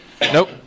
Nope